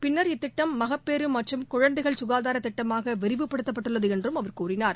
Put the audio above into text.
பின்னர் இத்திட்டம் மகப்பேறுமற்றும் குழந்தைகள் குகாதாரத் திட்டமாகவிரிவுபடுத்தப்பட்டதுஎன்றும் அவர் தெரிவித்தார்